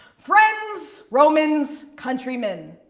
friends, romans, countrymen,